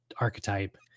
archetype